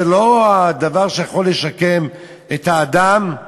זה לא הדבר שיכול לשקם את האדם.